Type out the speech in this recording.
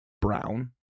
brown